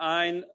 ein